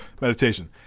Meditation